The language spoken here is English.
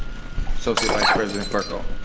associate vice president furco.